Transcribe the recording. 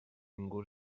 ningú